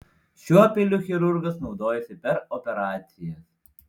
šiuo peiliu chirurgas naudojosi per operacijas